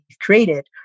created